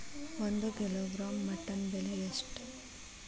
ಒಂದು kilogram mutton ಬೆಲೆ ಎಷ್ಟ್?